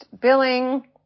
billing